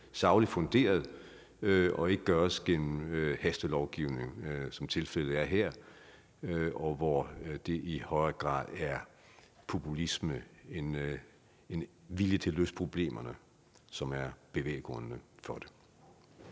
sagligt funderet og ikke gøres gennem hastelovgivning, som tilfældet er her, hvor det i højere grad er populisme end vilje til at løse problemerne, som er bevæggrunden for det.